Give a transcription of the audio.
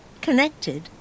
connected